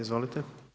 Izvolite.